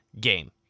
game